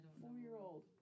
Four-year-old